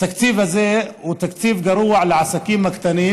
התקציב הזה הוא תקציב גרוע לעסקים הקטנים